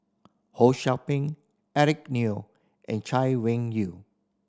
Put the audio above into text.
Ho Sou Ping Eric Neo and Chay Weng Yew